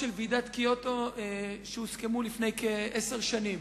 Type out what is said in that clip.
של ועידת קיוטו שהוסכמו לפני כעשר שנים.